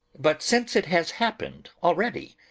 but since it has happened already.